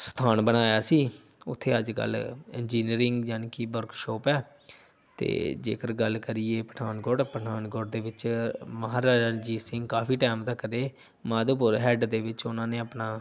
ਸਥਾਨ ਬਣਿਆ ਸੀ ਉੱਥੇ ਅੱਜ ਕੱਲ੍ਹ ਇੰਜਨੀਰਿੰਗ ਯਾਨੀ ਕਿ ਵਰਕਸ਼ੋਪ ਹੈ ਅਤੇ ਜੇਕਰ ਗੱਲ ਕਰੀਏ ਪਠਾਨਕੋਟ ਪਠਾਨਕੋਟ ਦੇ ਵਿੱਚ ਮਹਾਰਾਜਾ ਰਣਜੀਤ ਸਿੰਘ ਕਾਫ਼ੀ ਟਾਇਮ ਤੱਕ ਰਹੇ ਮਾਧੋਪੁਰ ਹੈੱਡ ਦੇ ਵਿੱਚ ਉਨ੍ਹਾਂ ਨੇ ਆਪਣਾ